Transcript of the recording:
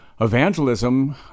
evangelism